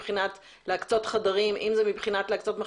אם זה להקצות חדרים,